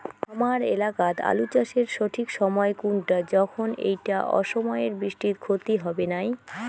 হামার এলাকাত আলু চাষের সঠিক সময় কুনটা যখন এইটা অসময়ের বৃষ্টিত ক্ষতি হবে নাই?